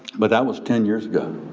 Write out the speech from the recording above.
but that was ten years ago.